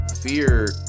Fear